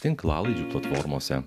tinklalaidžių platformose